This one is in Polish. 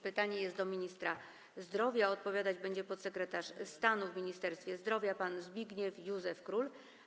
Pytanie jest skierowane do ministra zdrowia, a odpowiadać będzie podsekretarz stanu w Ministerstwie Zdrowia pan Zbigniew Józef Król.